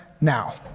now